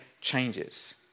changes